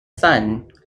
son